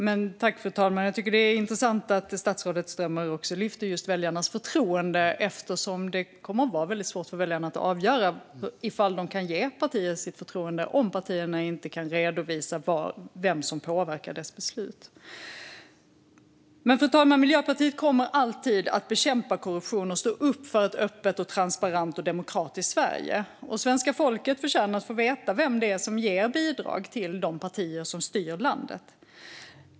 Fru talman! Jag tycker att det är intressant att statsrådet Strömmer lyfter fram just väljarnas förtroende, eftersom det kommer att vara väldigt svårt för väljarna att avgöra ifall de kan ge ett parti sitt förtroende om partierna inte kan redovisa vad och vem som påverkar deras beslut. Fru talman! Miljöpartiet kommer alltid att bekämpa korruption och stå upp för ett öppet, transparent och demokratiskt Sverige. Svenska folket förtjänar att veta vem som ger bidrag till de partier som styr landet.